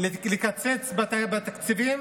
לקצץ בתקציבים